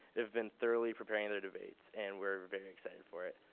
they've been thoroughly preparing their debates, and we're very excited for it.